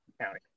County